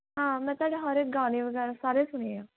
ਹਾਂ ਮੈਂ ਤੁਹਾਡਾ ਹਰ ਇੱਕ ਗਾਣੇ ਵਗੈਰਾ ਸਾਰੇ ਸੁਣੇ ਆ